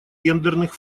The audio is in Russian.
гендерных